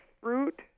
fruit